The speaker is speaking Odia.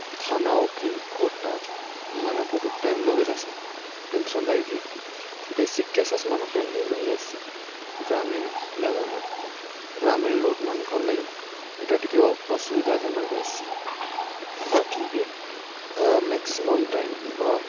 ଥାନା ଓକିଲ୍ କୋଟ୍ଟା ଇମାନେ ବହୁତ୍ ଟାଇମ୍ ଲଗେଇ ଦେସନ୍ ଯେନ୍ଥି୍ରର୍ ଲାଗିକି ବେସିକ୍ କେସେସ୍ ମାନେ ପେଣ୍ଡିଙ୍ଗ୍ ରହିଯାଏସି ଗ୍ରାମୀଣ୍ ଲେଭେଲ୍ରେ ଗ୍ରାମୀଣ୍ ଲୋକ୍ମାନ୍କର୍ ଲାଗି ଇଟା ଟିକେ ଅସୁବିଧାଜନକ୍ ରହେସି ବାକିିକେ ମେକ୍ସିମମ୍ ଟାଇମ୍ ବା